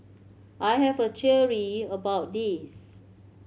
I have a theory about this